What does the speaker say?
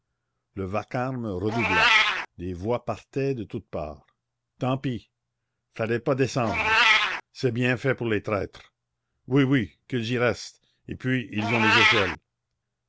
le vacarme redoubla des voix partaient de toutes parts tant pis fallait pas descendre c'est bien fait pour les traîtres oui oui qu'ils y restent et puis ils ont les échelles